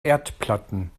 erdplatten